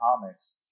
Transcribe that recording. comics